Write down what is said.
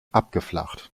abgeflacht